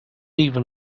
even